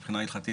מבחינה הלכתית,